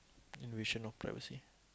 invasion of privacy